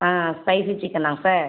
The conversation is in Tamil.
ஆ ஸ்பைசி சிக்கனா சார்